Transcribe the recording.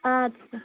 آدٕ سا